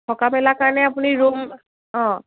থকা মেলা কাৰণে আপুনি ৰুম অঁ